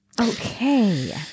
Okay